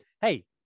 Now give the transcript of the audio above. hey